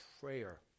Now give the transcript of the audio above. prayer